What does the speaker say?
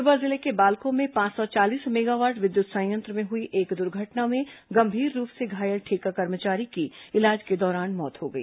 कोरबा जिले के बालको में पांच सौ चालीस मेगावाट विद्युत संयंत्र में हुई एक दुर्घटना में गंभीर रूप से घायल ठेका कर्मचारी की इलाज के दौरान मौत हो गई